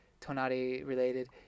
Tonari-related